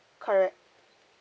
correct